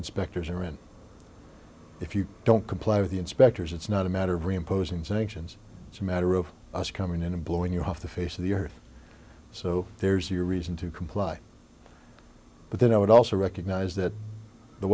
inspectors are in if you don't comply with the inspectors it's not a matter of are imposing sanctions it's a matter of us coming in and blowing you off the face of the earth so there's your reason to comply but then i would also recognize that the